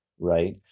right